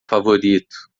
favorito